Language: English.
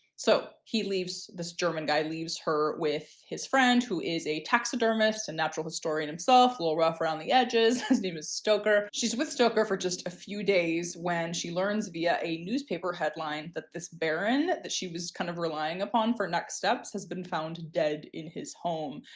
so he leaves, this german guy leaves her with his friend who is a taxidermist and natural historian himself. little rough around the edges. his name is stoker. she's with stoker for just a few days when she learns via a newspaper headline that this baron that she was kind of relying upon for next steps has been found dead in his home.